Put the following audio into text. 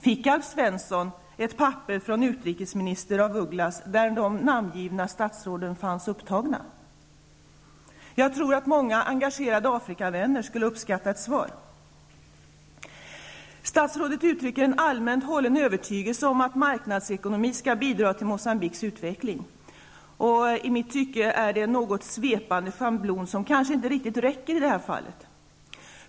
Fick Alf Svensson ett papper av utrikesminister af Ugglas där de namngivna statsråden fanns upptagna? Jag tror att många engagerade Afrikavänner skulle uppskatta ett svar. Statsrådet uttrycker en allmänt hållen övertygelse om att marknadsekonomi skall bidra till Moçambiques utveckling. I mitt tycke är det en något svepande schablon, som inte räcker i det här fallet.